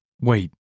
Wait